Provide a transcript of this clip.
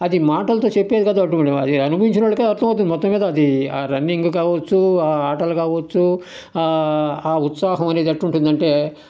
అది మాటలతో చెప్పేది అటువంటి అనుభవించినోళ్లకే అర్థం అవుతుంది మొత్తం మీద అది ఆ రన్నింగ్ కావొచ్చు ఆ ఆటలు కావొచ్చు ఆ ఉత్సాహం అనేది ఎట్టుటుందంటే